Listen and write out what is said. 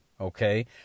Okay